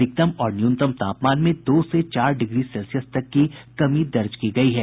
अधिकतम और न्यूनतम तापमान में दो से चार डिग्री सेल्सियस तक की कमी दर्ज की गयी है